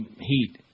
heat